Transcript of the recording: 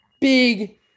big